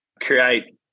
create